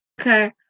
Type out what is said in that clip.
Okay